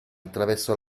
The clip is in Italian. attraverso